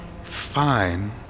fine